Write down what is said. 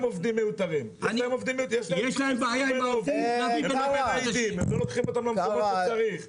עובדים מיותרים --- הם לא לוקחים אותם למקומות שצריך.